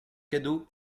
cadeau